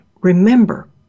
remember